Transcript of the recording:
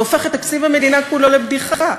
זה הופך את תקציב המדינה כולו לבדיחה,